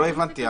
לא הבנתי,